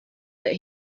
that